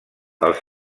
els